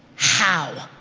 how?